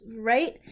right